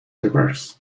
reversed